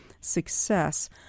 success